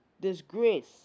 disgrace